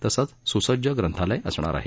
तसंच सुसज्ज ग्रंथालय असणार आहे